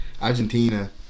Argentina